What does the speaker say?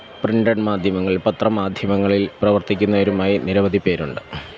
printed മാധ്യമങ്ങളില് പത്ര മാധ്യമങ്ങളില് പ്രവര്ത്തിക്കുന്നവരുമായ നിരവധി പേരുണ്ട്